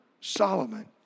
Solomon